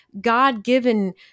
God-given